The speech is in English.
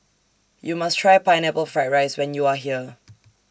YOU must Try Pineapple Fried Rice when YOU Are here